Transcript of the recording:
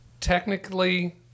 Technically